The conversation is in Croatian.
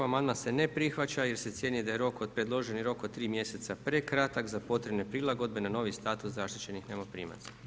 Amandman se ne prihvaća jer se cijeni da je predloženi rok od 3 mjeseca prekratak za potrebne prilagodne na status zaštićenih najmoprimaca.